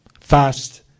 fast